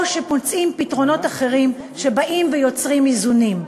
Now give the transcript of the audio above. או שמוצאים פתרונות אחרים שבאים ויוצרים איזונים,